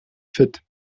fit